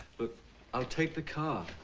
look i'll take the car.